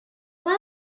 vrai